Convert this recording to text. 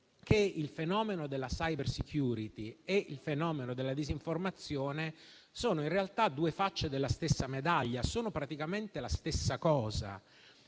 che il fenomeno della *cybersecurity* e il fenomeno della disinformazione sono in realtà due facce della stessa medaglia, sono praticamente la stessa cosa,